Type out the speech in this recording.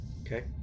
Okay